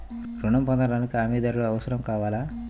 ఋణం పొందటానికి హమీదారుడు అవసరం కావాలా?